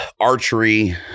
archery